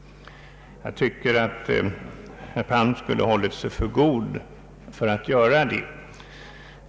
Jag tycker att herr Palm skulle ha hållit sig för god för att göra det.